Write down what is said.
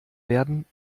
werden